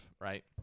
right